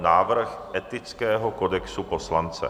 Návrh Etického kodexu poslance